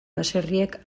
baserriek